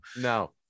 no